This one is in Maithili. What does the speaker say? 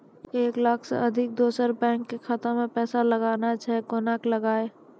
एक लाख से अधिक दोसर बैंक के खाता मे पैसा लगाना छै कोना के लगाए?